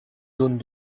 zones